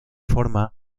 forma